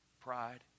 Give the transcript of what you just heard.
pride